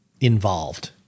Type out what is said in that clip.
involved